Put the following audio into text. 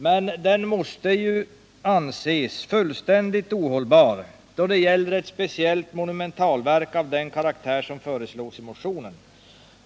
Men den måste anses fullständigt ohållbar då det gäller ett speciellt monumentalverk av den karaktär som föreslås i motionen.